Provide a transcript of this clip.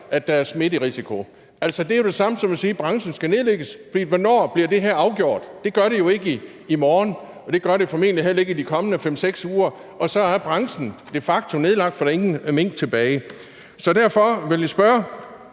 at der er en smitterisiko. Altså, det er vel det samme som at sige, at branchen skal nedlægges, for hvornår bliver det her afgjort? Det gør det jo ikke i morgen, og det gør det formentlig heller ikke i de kommende 5-6 uger, og så er branchen de facto nedlagt, for der er ingen mink tilbage. Så derfor vil jeg spørge